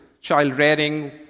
child-rearing